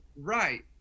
Right